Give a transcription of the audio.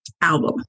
album